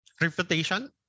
reputation